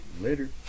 Later